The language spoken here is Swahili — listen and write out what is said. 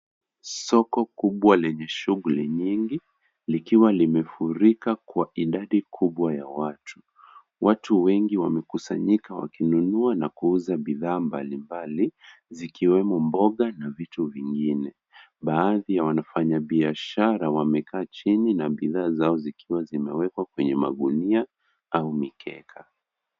Soko kubwa lenye shughuli nyingi likiwa limefurika kwa idadi kubwa ya watu. Watu wengi wamekusanyika wakinunua na kuuza bidhaa mbalimbali zikiwemo mboga na vitu vingine. Baadhi ya wafanyabiashara wamekaa chini na bidhaa zao zikiwa zimewekwa kwenye magunia au mikeka.